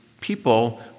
people